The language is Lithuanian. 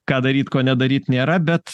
ką daryt ko nedaryt nėra bet